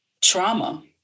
trauma